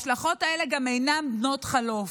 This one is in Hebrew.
השלכות אלה גם אינן בנות-חלוף.